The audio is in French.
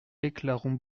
éclaron